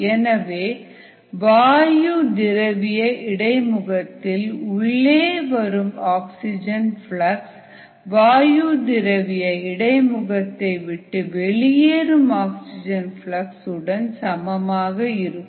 எனவே வாயு திரவிய இடைமுகத்தில் உள்ளே வரும் ஆக்ஸிஜனின் ஃப்ளக்ஸ் வாயு திரவிய இடை முகத்தை விட்டு வெளியேறும் ஆக்ஸிஜனின் ஃப்ளக்ஸ் உடன் சமமாக இருக்கும்